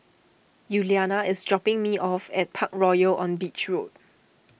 Yuliana is dropping me off at Parkroyal on Beach Road